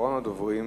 ואחרון הדוברים,